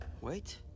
Wait